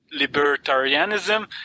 libertarianism